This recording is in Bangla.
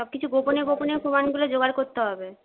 সব কিছু গোপনে গোপনে প্রমাণগুলো জোগাড় করতে হবে